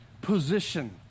position